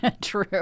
True